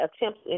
attempts